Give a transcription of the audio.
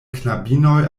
knabinoj